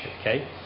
okay